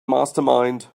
mastermind